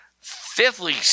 Fifthly